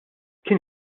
kien